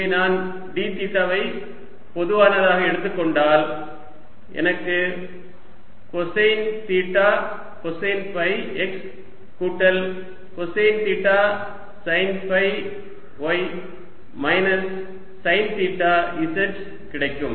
இங்கே நான் d தீட்டாவை பொதுவானதாக எடுத்துக் கொண்டால் எனக்கு cosine theta cosine phi x கூட்டல் cosine theta sine phi y minus sine theta z கிடைக்கும்